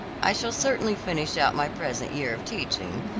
i shall certainly finish out my present year of teaching,